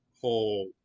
whole